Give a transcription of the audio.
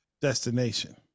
destination